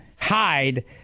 hide